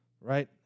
right